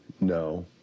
No